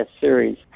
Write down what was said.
series